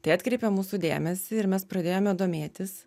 tai atkreipė mūsų dėmesį ir mes pradėjome domėtis